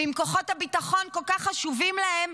ואם כוחות הביטחון כל כך חשובים להם,